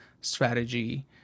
strategy